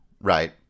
right